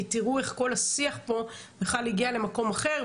כי תראו איך כל השיח פה בכלל הגיע למקום אחר,